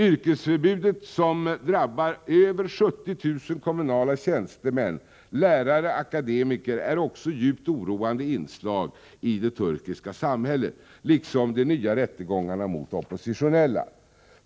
Yrkesförbudet, som drabbat över 70 000 kommunala tjänstemän, lärare och akademiker, är också djupt oroande inslag i det turkiska samhället liksom de nya rättegångarna mot oppositionella.